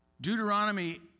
Deuteronomy